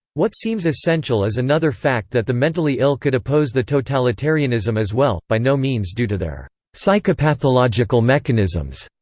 what seems essential is another fact that the mentally ill could oppose the totalitarianism as well, by no means due to their psychopathological mechanisms,